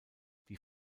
die